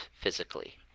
physically